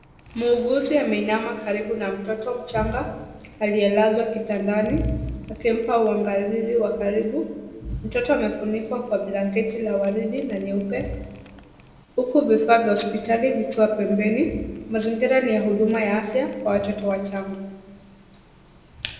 Muuguzi ameinama karibu na mtoto mchanga aliyelazwa kitandani akimpa uangalizi wa karibu. Mtoto amefunikwa kwa blanketi la waridi na nyeupe huku vifaa vya hospitali vikiwa pembeni. Mazingira ni ya huduma ya afya kwa watoto wachanga.